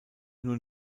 nur